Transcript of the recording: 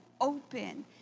open